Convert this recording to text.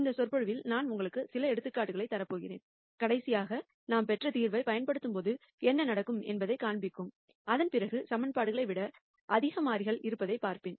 இந்த விரிவுரையில் நான் உங்களுக்கு சில எடுத்துக்காட்டுகளைத் தரப்போகிறேன் கடைசியாக நாம் பெற்ற தீர்வைப் பயன்படுத்தும்போது என்ன நடக்கும் என்பதைக் காண்பிக்கும் அதன்பிறகு ஈகிவேஷன்களை விட அதிக மாறிகள் இருப்பதைப் பார்ப்போம்